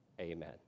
Amen